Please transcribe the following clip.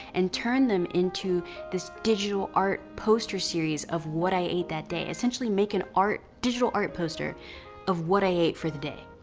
and turn them into this digital art poster series of what i ate that day. essentially make an art, digital art poster of what i ate for the day.